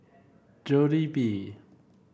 Jollibee